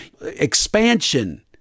expansion